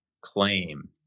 claim